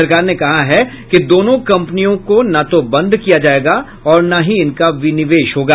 सरकार ने कहा है कि दोनों कंपनियों को न तो बंद किया जाएगा और न ही इनका विनिवेश होगा